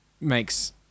makes